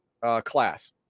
class